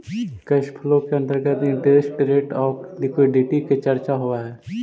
cash flow के अंतर्गत interest rate आउ लिक्विडिटी के चर्चा होवऽ हई